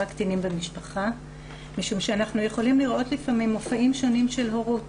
הקטינים במשפחה משום שאנחנו יכולים לראות לפעמים מופעים שונים של הורות